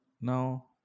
now